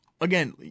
again